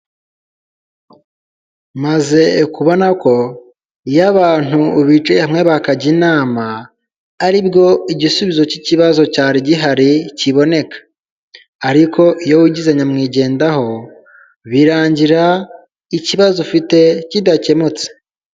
Maze kubona ko iyo abantu bicaye hamwe bakajya inama ari bwo igisubizo cy'ikibazo cyari gihari kiboneka; ariko iyo wigize nyamwigendaho birangira ikibazo ufite kidakemutse.